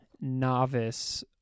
novice